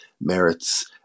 merits